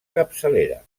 capçalera